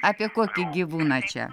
apie kokį gyvūną čia